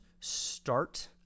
start